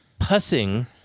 pussing